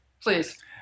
Please